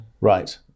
Right